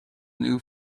new